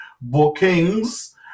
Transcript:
bookings